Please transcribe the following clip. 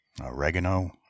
Oregano